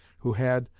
who had